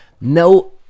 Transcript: No